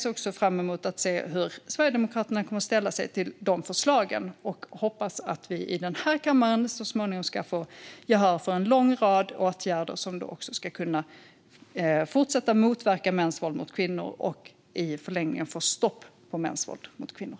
Jag ser också fram emot att se hur Sverigedemokraterna kommer att ställa sig till de förslagen och hoppas att vi i den här kammaren så småningom ska få gehör för en lång rad åtgärder som ska kunna fortsätta att motverka mäns våld mot kvinnor och i förlängningen få stopp på mäns våld mot kvinnor.